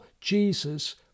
Jesus